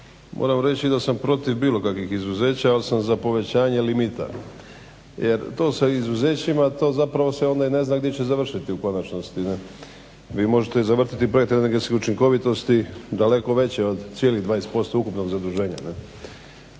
Moram reći da sam protiv bilo kakvih izuzeća, ali sam za povećanje limita. Jer to sa izuzećima to zapravo se onda i ne zna gdje će završiti u konačnosti. Ne? Vi možete zavrtiti i projekt energetske učinkovitosti daleko veće od cijelih 20% ukupnog zaduženja,